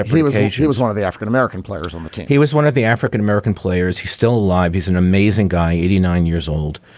he was asian. it was one of the african-american players on the team. he was one of the african-american players. he's still alive. he's an amazing guy. eighty nine years old,